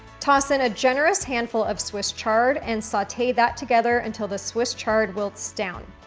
toss in a generous handful of swiss chard and saute that together until the swiss chard wilts down.